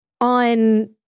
on